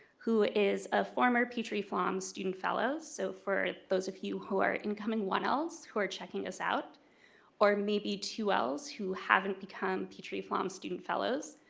who is a former petrie flom student fellows, so for those of you who are incoming one l's who are checking us out or maybe two l's who haven't become petrie flom student fellows,